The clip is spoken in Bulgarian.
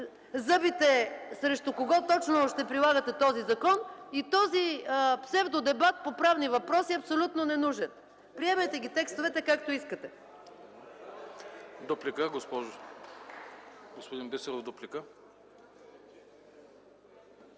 зъбите срещу кого точно ще прилагате този закон и този псевдо дебат по правни въпроси е абсолютно ненужен. Приемайте текстовете както искате!